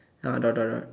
dot dot dot dot